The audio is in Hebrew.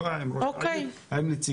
כולם מדברים